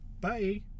bye